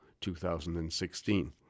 2016